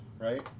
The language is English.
right